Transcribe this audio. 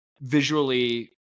visually